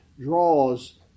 draws